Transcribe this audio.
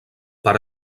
per